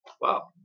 Wow